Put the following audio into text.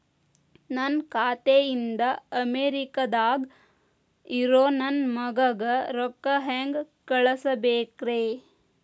ನನ್ನ ಖಾತೆ ಇಂದ ಅಮೇರಿಕಾದಾಗ್ ಇರೋ ನನ್ನ ಮಗಗ ರೊಕ್ಕ ಹೆಂಗ್ ಕಳಸಬೇಕ್ರಿ?